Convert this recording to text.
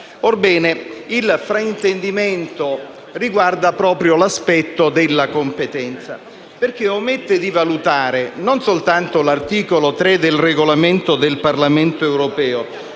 Orbene, il fraintendimento riguarda proprio l'aspetto della competenza perché omette di valutare non soltanto l'articolo 3 del Regolamento del Parlamento europeo